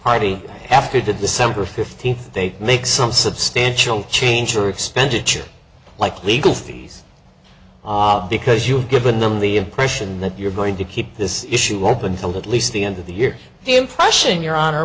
party after the december fifteenth they make some substantial change or expenditure like legal fees because you've given them the impression that you're going to keep this issue open field at least the end of the year the impression you're on or